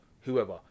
whoever